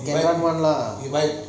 buy one one lah